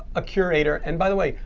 a curator. and by the way,